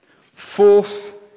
Fourth